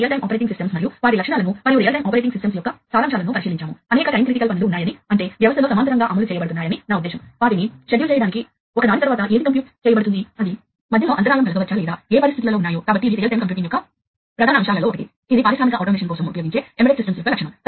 field bus intelligent పరికరాల్లో మీకు విశ్లేషణ సమాచారం ఉన్నందున ఈ పరికరాలు తెలివైన పరికరాలు అంటే ఈ పరికరాలు వాస్తవానికి వాటి స్వంత సంకేతాలను పరిశీలించగలవు మరియు కంప్యూటింగ్ చేసి పరికరం చక్కగా పనిచేస్తుందో లేదో అర్థం చేసుకోగలవు లేదా కొన్ని ఫాల్టర్లు చోటుచేసుకుంటాయో లేదో అని తెలుసుకోగలవు